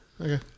Okay